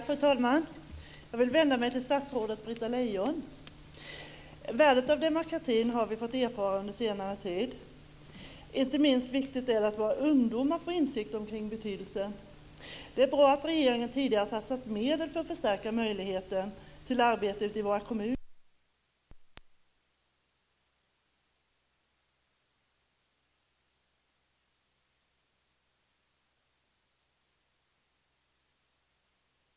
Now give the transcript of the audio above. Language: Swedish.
Fru talman! Jag vill vända mig till statsrådet Britta Värdet av demokratin har vi fått erfara under senare tid. Inte minst viktigt är det att våra ungdomar får insikt om betydelsen. Det är bra att regeringen tidigare satsat medel för att förstärka möjligheten till arbete ute i våra kommuner just i denna del. I Emmaboda, som jag själv kommer från, är vi just i gång med att skapa ett ungdomsfullmäktige, som jag hoppas ska slå väl ut. Min fråga lyder: Är detta något som Britta Lejon håller med mig om, och har demokratiministern för avsikt att göra något ytterligare för att stärka medvetandet och intresset?